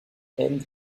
hand